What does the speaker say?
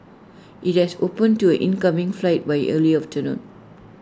IT had opened to incoming flights by early afternoon